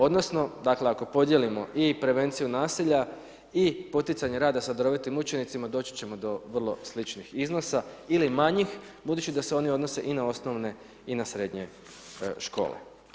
Odnosno dakle ako podijelimo i prevenciju nasilja i poticanje rada sa darovitim učenicima doći ćemo do vrlo sličnih iznosa ili manjih budući da se oni odnose i na osnovne i na srednje škole.